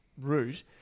route